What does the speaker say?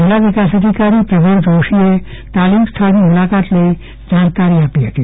જિલ્લા વિકાસ અધિકારી પ્રભવ જોશીએ તાલીમ સ્થળની મુલાકાત લઈ જાણકારી આપી હતી